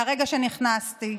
מהרגע שנכנסתי,